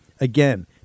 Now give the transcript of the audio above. Again